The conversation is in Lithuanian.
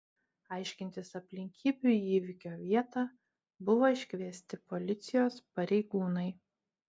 aiškintis aplinkybių į įvykio vietą buvo iškviesti policijos pareigūnai